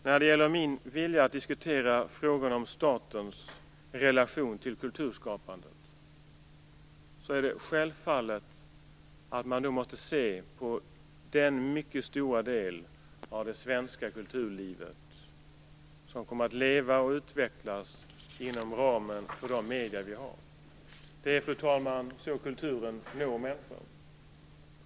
När det gäller min vilja att diskutera frågan om statens relation till kulturskapandet är det självfallet att man nu måste se på den mycket stora del av det svenska kulturlivet som kommer att leva och utvecklas inom ramen för de medier vi har. Det är, fru talman, så kulturen når människor.